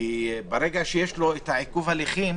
ברגע שיש לו עיכוב הליכים